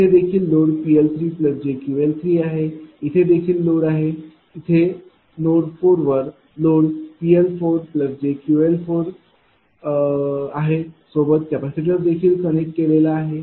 येथे देखील लोड PL3jQL3आहे येथे देखील लोड आहे इथे नोड 4 वर लोड PL4jQL4सोबत कॅपेसिटर देखील कनेक्ट केलेले आहे